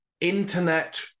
internet